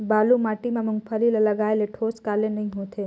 बालू माटी मा मुंगफली ला लगाले ठोस काले नइ होथे?